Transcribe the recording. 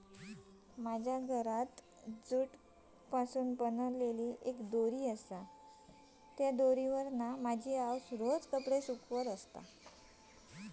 माझ्या घरात जूट पासून बनलेली दोरी हा जिच्यावर माझी आउस रोज कपडे सुकवता